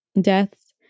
deaths